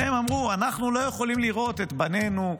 והם אמרו: אנחנו לא יכולים לראות את בנינו,